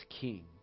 King